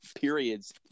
periods